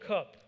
Cup